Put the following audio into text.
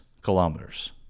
kilometers